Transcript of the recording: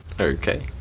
Okay